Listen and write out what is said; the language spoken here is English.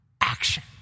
action